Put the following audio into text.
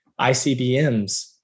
ICBMs